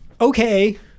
Okay